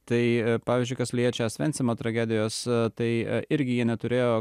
tai pavyzdžiui kas liečia osvencimo tragedijos tai irgi jie neturėjo